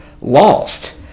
lost